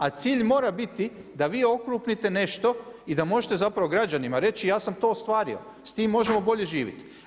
A cilj mora biti da vi okrupnite nešto i da možete građanima reći ja sam to ostvario, s tim možemo bolje živjet.